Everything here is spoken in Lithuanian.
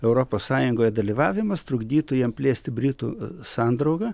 europos sąjungoje dalyvavimas trukdytų jiem plėsti britų sandraugą